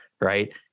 right